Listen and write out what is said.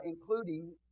including